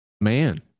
Man